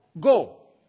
Go